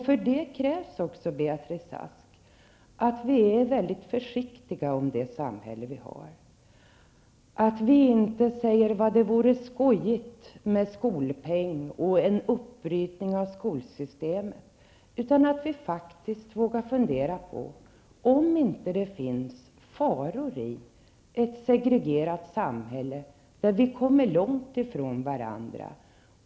För det krävs också, Betrice Ask, att vi är mycket försiktiga med det samhälle vi har, att vi inte säger: Vad det vore skojigt med skolpeng och en uppbrytning av skolsystemet, utan att vi faktiskt vågar fundera på om det inte finns faror i ett segregerat samhälle där vi kommer långt ifrån varandra.